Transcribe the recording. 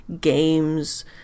games